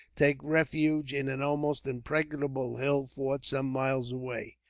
take refuge in an almost impregnable hill fort some miles away.